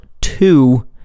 two